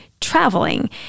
traveling